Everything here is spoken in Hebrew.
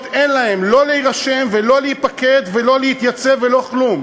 אין להם לא להירשם ולא להיפקד ולא להתייצב ולא כלום?